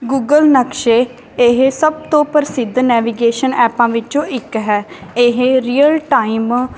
Google ਨਕਸ਼ੇ ਇਹ ਸਭ ਤੋਂ ਪ੍ਰਸਿੱਧ ਨੈਵੀਗੇਸ਼ਨ ਐਪਾਂ ਵਿੱਚੋਂ ਇੱਕ ਹੈ ਇਹ ਰੀਅਲ ਟਾਈਮ